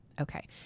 Okay